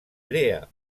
brea